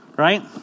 right